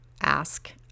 ask